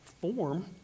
form